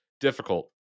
difficult